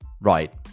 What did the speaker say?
Right